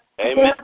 Amen